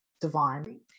divine